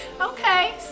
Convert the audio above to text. Okay